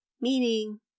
Meaning